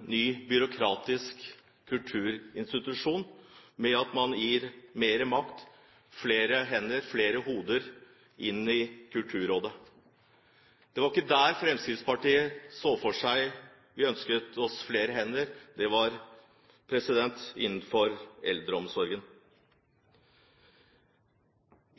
ny byråkratisk kulturinstitusjon ved at man gir mer makt til Kulturrådet og får flere hender og flere hoder inn der. Det var ikke der Fremskrittspartiet så for seg eller ønsket seg flere hender, det var innenfor eldreomsorgen.